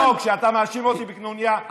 לא כשאתה מאשים אותי בקנוניה.